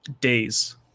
Days